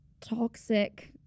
toxic